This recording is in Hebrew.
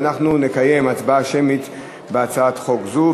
ואנחנו נקיים הצבעה שמית על הצעת חוק זו.